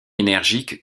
énergique